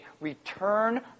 Return